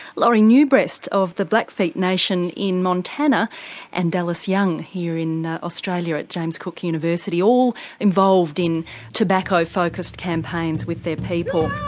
lori new breast of the blackfeet nation in montana and dallas young here in australia at james cook university, all involved in tobacco-focused campaigns with their people.